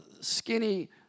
skinny